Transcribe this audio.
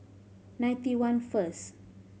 ninety one first